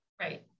Right